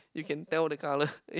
you can tell the colours eh